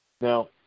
now